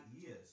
years